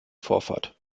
vorfahrt